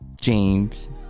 James